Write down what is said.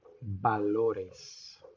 Valores